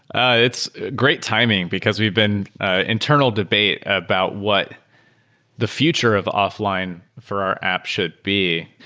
ah it's great timing, because we've been ah internal debate about what the future of offline for our app should be.